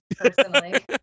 personally